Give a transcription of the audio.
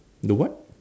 the what